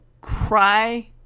cry